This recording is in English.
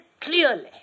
clearly